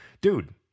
dude